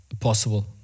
possible